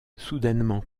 soudainement